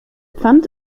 pfand